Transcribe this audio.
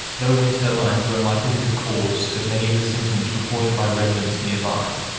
though wind turbines are unlikely to be the cause of many of the symptoms reported by residents nearby,